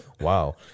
Wow